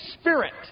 spirit